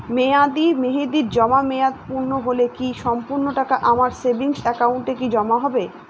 মেয়াদী মেহেদির জমা মেয়াদ পূর্ণ হলে কি সম্পূর্ণ টাকা আমার সেভিংস একাউন্টে কি জমা হবে?